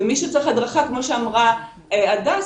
ומי שצריך הדרכה כמו שאמרה הדס,